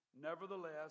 Nevertheless